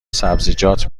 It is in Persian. سبزیجات